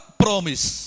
promise